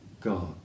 God